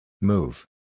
Move